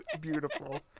beautiful